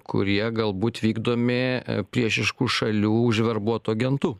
kurie galbūt vykdomi priešiškų šalių užverbuotų agentų